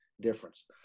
difference